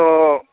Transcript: ᱛᱚᱻ